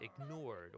ignored